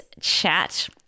chat